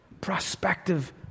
prospective